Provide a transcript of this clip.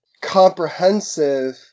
comprehensive